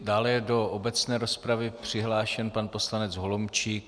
Dále je do obecné rozpravy přihlášen pan poslanec Holomčík.